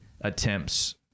attempts